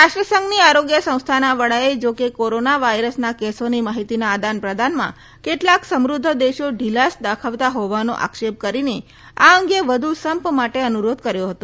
રાષ્ટ્રસંઘની આરોગ્ય સંસ્થાના વડાએ જો કે કોરોના વાયરસના કેસોની માહિતીના આદાન પ્રદાનમાં કેટલાક સંમૃધ્ધ દેશો ઢિલાસ દાખવતા હોવાનો આક્ષેપ કરીને આ અંગે વધુ સંપ માટે અનુરોધ કર્યો હતો